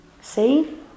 See